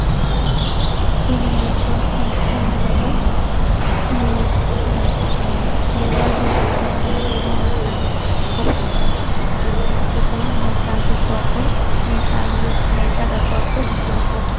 ᱤᱱ ᱦᱤᱞᱳᱜ ᱫᱚ ᱤᱱ ᱦᱤᱞᱳᱜ ᱫᱚ ᱜᱮᱞᱵᱟᱨ ᱵᱩᱨᱩ ᱯᱟᱨᱚᱢ ᱨᱮ ᱜᱚᱝ ᱟᱠᱟᱱ ᱦᱚᱯᱚᱱ ᱮᱨᱟ ᱡᱟᱶᱟᱭ ᱜᱚᱝᱠᱮ ᱠᱚ ᱱᱮᱣᱛᱟ ᱟᱜᱩ ᱠᱚᱣᱟ ᱠᱚ ᱱᱮᱣᱟ ᱟᱜᱩ ᱱᱮᱣᱟ ᱠᱟᱠᱚᱣᱟᱠᱚ ᱦᱤᱡᱩᱜᱼᱟ ᱠᱚ